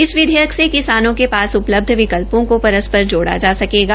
इस विधेयक से किसानों के पास उपलब्ध विकल्पों को परस्पर जोड़ा जा सकेगा